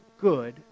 good